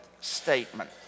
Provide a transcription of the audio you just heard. statement